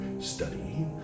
study